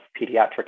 Pediatric